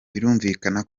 birumvikana